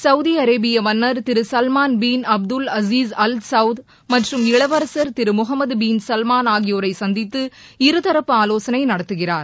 Saudi அரேபிய மன்னர் திரு Salman bin Abdul Aziz Al Saud மற்றும் இளவரசர் திரு முகமது பின் சல்மான் ஆகியோரை சந்தித்து இருதரப்பு ஆலோசனை நடத்துகிறார்